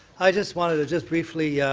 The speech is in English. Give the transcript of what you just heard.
i just wanted to just briefly yeah